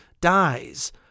dies